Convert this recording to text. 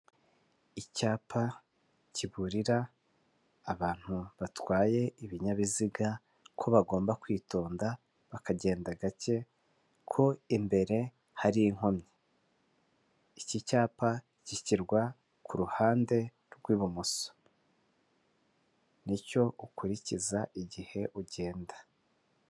Icyapa kiburira abantu batwaye ibinyabiziga ko bagomba kwitonda bakagenda gake ko imbere hari inkomyi iki cyapa gishyirwa ku ruhande rw'ibumoso nicyo ukurikiza igihe ugenda.